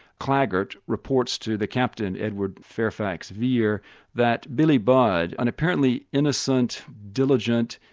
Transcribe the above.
claggart, reports to the captain, edward fairfax-vere that billy budd, an apparently innocent, diligent,